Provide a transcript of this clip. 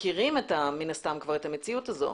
מן הסתם כבר מכירים את המציאות הזאת.